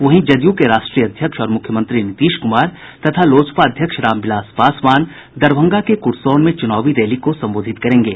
वहीं जदयू के राष्ट्रीय अध्यक्ष और मुख्यमंत्री नीतीश कुमार तथा लोजपा अध्यक्ष रामविलास पासवान दरभंगा के कुरसोन में चुनावी रैली को संबोधित करेंगे